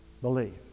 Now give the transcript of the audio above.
believe